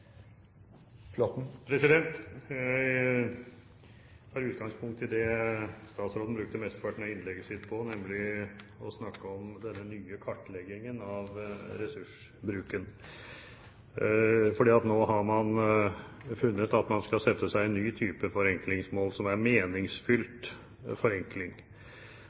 utgangspunkt i det statsråden brukte mesteparten av innlegget sitt på å snakke om, nemlig denne nye kartleggingen av ressursbruken. Nå har man funnet at man skal sette seg en ny type forenklingsmål som er meningsfylt forenkling,